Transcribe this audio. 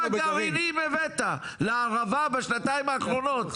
גרעינים הבאת לערבה בשנתיים האחרונות?